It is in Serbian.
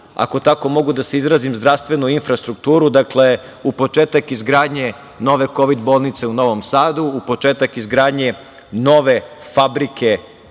ako tako mogu da se izrazim zdravstvenu infrastrukturu, dakle, u početka izgradnje nove kovid bolnice u Novom Sadu, u početka izgradnje nove fabrike